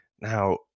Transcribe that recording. Now